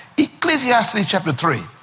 ecclesiastes chapter three,